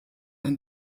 ein